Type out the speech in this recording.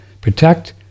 Protect